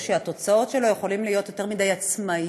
או שהתוצאות שלו יכולות להיות יותר מדי עצמאיות,